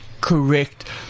correct